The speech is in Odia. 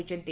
ହୋଇଛନ୍ତି